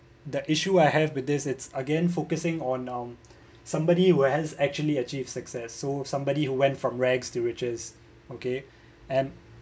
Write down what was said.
the issue I have with this it's again focusing on um somebody whereas actually achieve success so somebody who went from rags to riches okay and